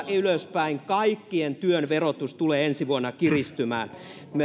ylöspäin kaikkien työn verotus tulee ensi vuonna kiristymään